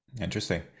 interesting